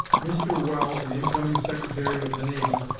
mr. welles, the incoming secretary of the navy,